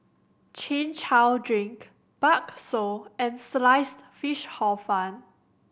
Chin Chow drink bakso and Sliced Fish Hor Fun